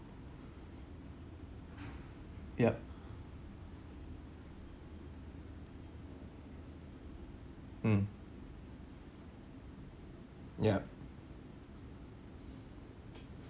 yup mm yup